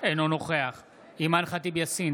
אינו נוכח אימאן ח'טיב יאסין,